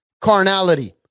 carnality